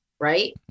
Right